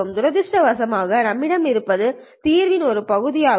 துரதிர்ஷ்டவசமாக நம்மிடம் இருப்பது தீர்வின் ஒரு பகுதியாகும்